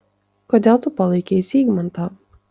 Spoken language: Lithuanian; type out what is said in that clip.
kodėl tu palaikei zygmantą